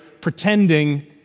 pretending